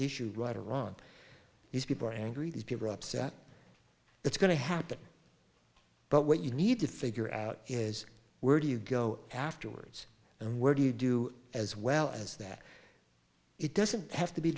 issue right or wrong these people are angry these people are upset it's going to happen but what you need to figure out is where do you go afterwards and where do you do as well as that it doesn't have to be